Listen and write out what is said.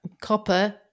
Copper